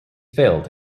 failed